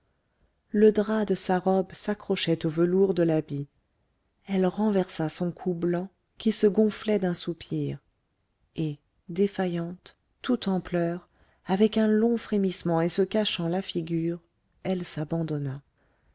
le drap de sa robe s'accrochait au velours de l'habit elle renversa son cou blanc qui se gonflait d'un soupir et défaillante tout en pleurs avec un long frémissement et se cachant la figure elle s'abandonna